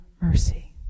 mercy